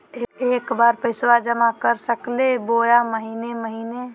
एके बार पैस्बा जमा कर सकली बोया महीने महीने?